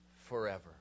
forever